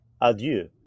adieu